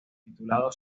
titulado